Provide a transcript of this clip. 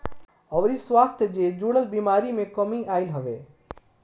अउरी स्वास्थ्य जे जुड़ल बेमारी में कमी आईल हवे